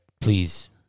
please